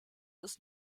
ist